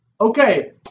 Okay